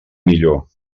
millor